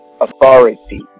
authority